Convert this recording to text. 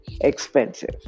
expensive